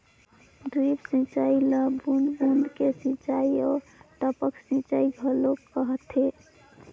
drip सिंचई ल बूंद बूंद के सिंचई आऊ टपक सिंचई घलो कहथे